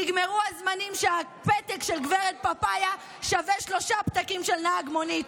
נגמרו הזמנים שהפתק של גב' פפאיה שווה שלושה פתקים של נהג מונית.